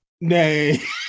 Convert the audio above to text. Nay